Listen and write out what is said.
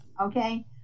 okay